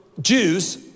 Jews